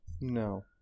No